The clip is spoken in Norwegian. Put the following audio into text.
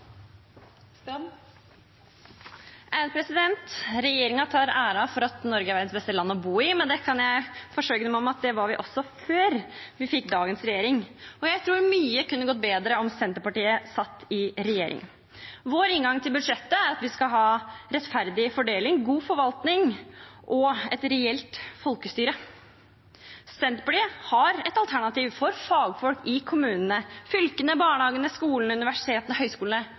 verdens beste land å bo i, men jeg kan forsikre dem om at det var vi også før vi fikk dagens regjering. Jeg tror mye kunne gått bedre om Senterpartiet satt i regjering. Vår inngang til budsjettet er at vi skal ha rettferdig fordeling, god forvaltning og et reelt folkestyre. Senterpartiet har et alternativ for fagfolk i kommunene, fylkene, barnehagene, skolene, universitetene, høyskolene